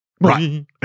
Right